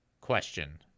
question